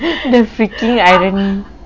the freaking irony